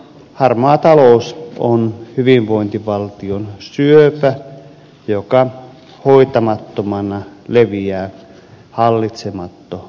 harmaa talous on hyvinvointivaltion syöpä joka hoitamattomana leviää hallitsemattomasti